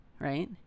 Right